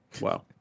Wow